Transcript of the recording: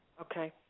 Okay